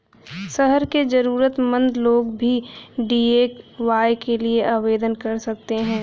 शहर के जरूरतमंद लोग भी डी.ए.वाय के लिए आवेदन कर सकते हैं